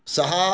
सः